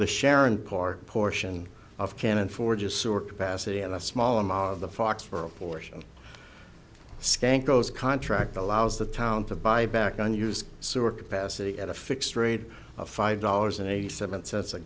the sharon park portion of canon forge a sort bassy of a small amount of the fox for a portion skank goes contract allows the town to buy back on used sewer capacity at a fixed rate of five dollars an eighty seven cents a